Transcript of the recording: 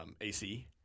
AC